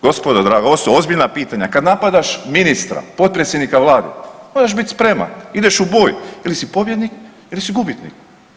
Gospodo draga, ovo su ozbiljna pitanja, kad napadaš ministra potpredsjednika vlade, moraš biti spreman ideš u boj ili si pobjednik ili si gubitnik.